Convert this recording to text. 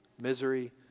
Misery